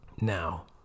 Now